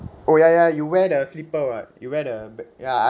oh ya ya you wear the slipper [what] you wear the ba~ ya